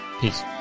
Peace